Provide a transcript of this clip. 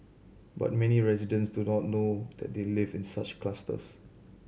but many residents do not know that they live in such clusters